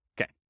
Okay